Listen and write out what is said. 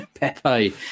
Pepe